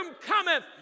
cometh